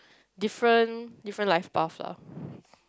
different different life path lah